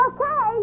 Okay